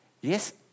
Yes